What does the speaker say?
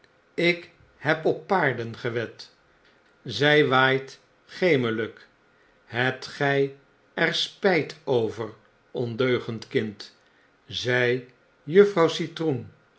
ik heb op paarden gewed zei white hebt gjj er spijt over ondeugend kind zei juffrouw citroen